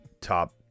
top